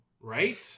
right